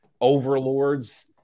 overlords